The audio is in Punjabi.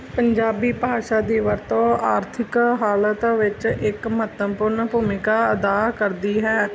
ਪੰਜਾਬੀ ਭਾਸ਼ਾ ਦੀ ਵਰਤੋਂ ਆਰਥਿਕ ਹਾਲਤ ਵਿੱਚ ਇੱਕ ਮਹੱਤਵਪੂਰਨ ਭੂਮਿਕਾ ਅਦਾ ਕਰਦੀ ਹੈ